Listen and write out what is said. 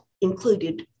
included